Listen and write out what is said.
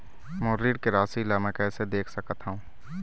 मोर ऋण के राशि ला म कैसे देख सकत हव?